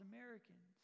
Americans